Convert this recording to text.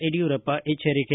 ಯಡಿಯೂರಪ್ಪ ಎಚ್ಚರಿಕೆ